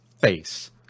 face